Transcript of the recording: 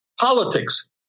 politics